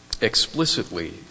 explicitly